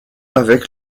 avec